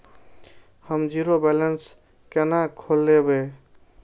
हम zero balance केना खोलैब?